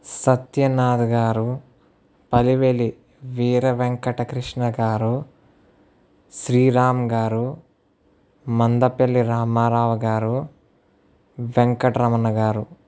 సత్యనాథ్ గారు అలివేలి వీరవెంకట కృష్ణగారు శ్రీరామ్ గారు మందపల్లి రామారావు గారు వెంకటరమణ గారు